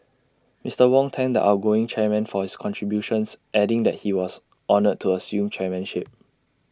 Mister Wong thanked the outgoing chairman for his contributions adding that he was honoured to assume chairmanship